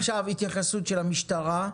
עכשיו התייחסות של המשטרה,